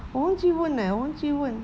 我忘记问 leh 我忘记问